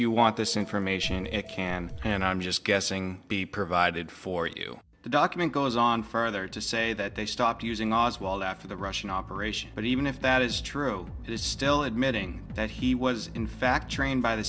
you want this information it can and i'm just guessing be provided for you the document goes on further to say that they stopped using oswald after the russian operation but even if that is true it is still admitting that he was in fact trained by the